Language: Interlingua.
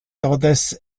totes